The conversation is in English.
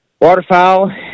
waterfowl